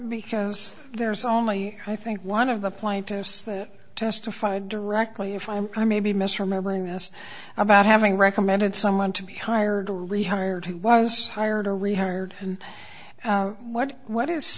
because there's only i think one of the plaintiffs that testified directly if i'm i may be misremembering asked about having recommended someone to be hired to rehired who was hired to rehired and what what